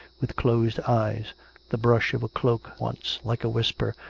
with closed eyes the brush of a cloak once, like a whisper,